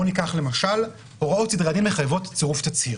למשל, הוראות סדרי הדין מחייבות צירוף תצהיר,